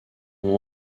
ont